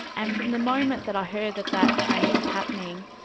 and from the moment that i heard that that change was happening,